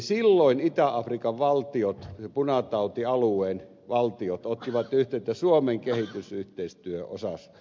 silloin itä afrikan punatautialueen valtiot ottivat yhteyttä suomen kehitysyhteistyöosasto